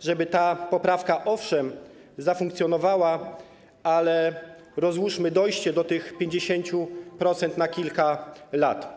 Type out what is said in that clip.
żeby ta poprawka owszem zafunkcjonowała, ale żeby rozłożyć dojście do 50% na kilka lat?